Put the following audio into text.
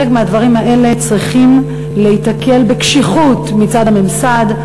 חלק מהדברים האלה צריכים להיתקל בקשיחות מצד הממסד,